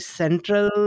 central